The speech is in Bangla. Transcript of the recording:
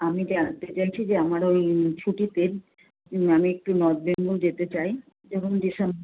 আমি জানতে চাইছে যে আমার ওই ছুটিতে আমি একটু নর্থ বেঙ্গল যেতে চাই যেমন যেসব